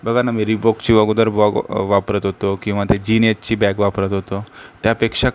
बघा ना मी रीबॉकची अगोदर व वापरत होतो किंवा त्या जीन एजची बॅग वापरत होतो त्यापेक्षा